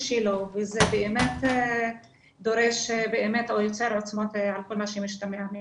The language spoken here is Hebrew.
שלו וזה באמת דורש או יוצר עוצמות על כל מה שמשתמע מכך.